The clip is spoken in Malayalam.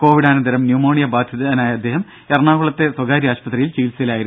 കോവിഡാനന്തരം ന്യൂമോണിയ ബാധിത അദ്ദേഹം എറണാകുളത്തെ സ്വകാര്യ ആശുപത്രിയിൽ ചികിത്സയിലായിരുന്നു